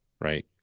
Right